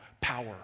power